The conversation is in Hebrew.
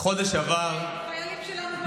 חודש עבר, החיילים שלנו, לא להתסיס.